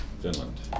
Finland